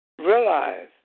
realize